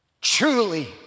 Truly